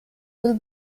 will